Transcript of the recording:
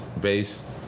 based